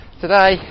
Today